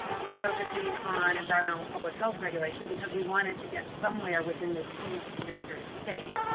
we're focusing on environmental and public health regulation because we wanted to get somewhere within this huge administrative state.